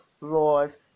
laws